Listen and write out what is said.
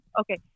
Okay